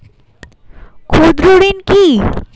ক্ষুদ্র ঋণ কি?